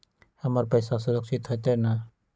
हमर पईसा सुरक्षित होतई न?